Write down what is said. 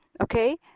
okay